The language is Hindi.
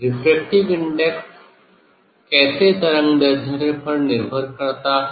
रेफ्रेक्टिव इंडेक्स कैसे तरंगदैर्ध्य पर निर्भर करता है